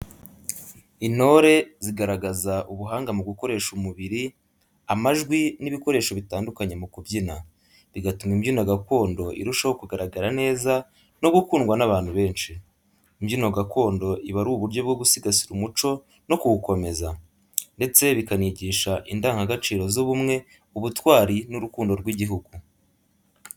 Intore zigaragaza ubuhanga mu gukoresha umubiri, amajwi, n’ibikoresho bitandukanye mu kubyina, bigatuma ibyino gakondo irushaho kugaragara neza no gukundwa n’abantu benshi. Imbyino gakondo iba ari uburyo bwo gusigasira umuco no kuwukomeza, ndetse bikanigisha indangagaciro z’ubumwe, ubutwari, n’urukundo rw’igihugu.